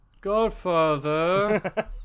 Godfather